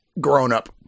grown-up